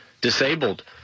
Disabled